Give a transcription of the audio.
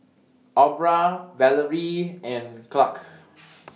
Aubra Valorie and Clarke